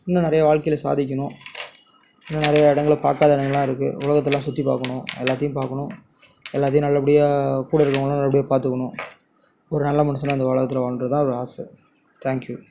இன்னும் நிறையா வாழ்க்கையில சாதிக்கணும் இன்னும் நிறையா இடங்கள்ல பார்க்காத இடங்கள்லாம் இருக்கு உலகத்தெல்லாம் சுற்றி பார்க்கணும் எல்லாத்தையும் பார்க்கணும் எல்லாத்தையும் நல்லபடியாக கூட இருக்கிறவங்கள்லாம் நல்லபடியாக பார்த்துக்கணும் ஓரு நல்ல மனுஷனாக இந்த உலகத்துல வாழணுன்றது தான் ஒரு ஆசை தேங்க் யூ